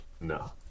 No